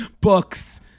books